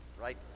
Right